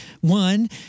one